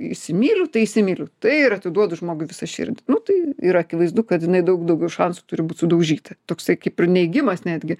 įsimyliu tai įsimyliu tai ir atiduodu žmogui visą širdį nu tai ir akivaizdu kad jinai daug daugiau šansų turi būt sudaužyta toksai kaip ir neigimas netgi